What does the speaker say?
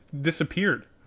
disappeared